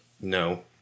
No